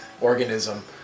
organism